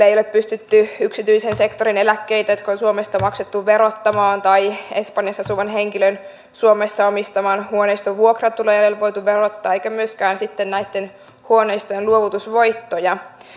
ei ole pystytty yksityisen sektorin eläkkeitä jotka on suomesta maksettu verottamaan eikä espanjassa asuvan henkilön suomessa omistaman huoneiston vuokratuloja ole voitu verottaa eikä myöskään sitten näitten huoneistojen luovutusvoittoja